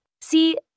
See